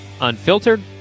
Unfiltered